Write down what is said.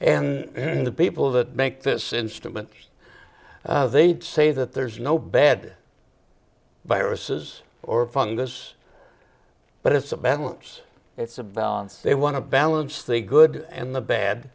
and the people that make this instrument they'd say that there's no bad bios's or fungus but it's a balance it's a balance they want to balance the good and the bad